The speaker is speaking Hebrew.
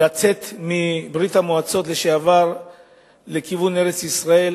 לצאת מברית-המועצות לשעבר לכיוון ארץ-ישראל,